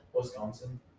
Wisconsin